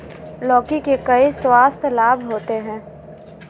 लौकी के कई स्वास्थ्य लाभ होते हैं